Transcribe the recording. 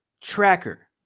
tracker